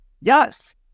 Yes